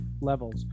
levels